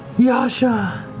yasha.